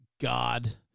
God